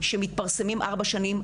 שמתפרסמים ארבע שנים,